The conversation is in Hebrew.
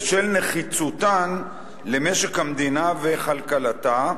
בשל נחיצותן למשק המדינה וכלכלתה,